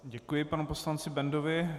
Děkuji panu poslanci Bendovi.